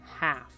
half